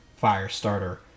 Firestarter